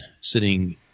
sitting